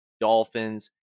Dolphins